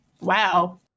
Wow